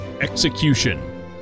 Execution